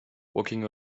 walking